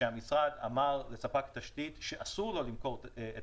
שהמשרד אמר לספק תשתית שאסור לו למכור את